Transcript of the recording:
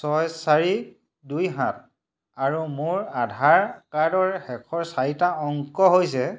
ছয় চাৰি দুই সাত আৰু মোৰ আধাৰ কাৰ্ডৰ শেষৰ চাৰিটা অংক হৈছে